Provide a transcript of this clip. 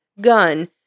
gun